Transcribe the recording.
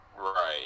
Right